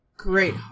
great